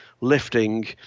lifting